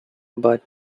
but